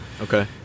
Okay